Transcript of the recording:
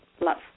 love